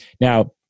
Now